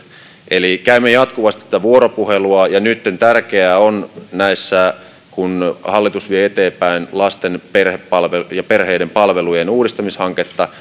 käymme jatkuvasti tätä vuoropuhelua ja nyt tärkeää on kun hallitus vie eteenpäin lasten ja perheiden palvelujen uudistamishanketta